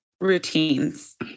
routines